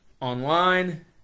online